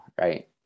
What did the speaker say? right